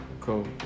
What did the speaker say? Cool